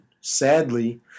Sadly